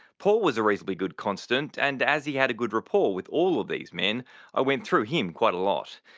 paul was a reasonably good constant and as he had a good rapport with all of these men i went through him quite a lot.